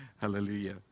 Hallelujah